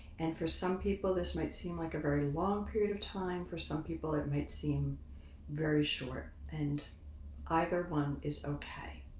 and for some people this might seem like a very long period of time. for some people it might seem very short and either one is okay